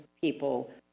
people